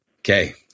Okay